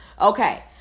Okay